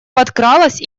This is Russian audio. подкралась